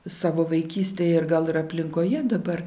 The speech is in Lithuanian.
savo vaikystėj ir gal ir aplinkoje dabar